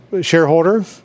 shareholder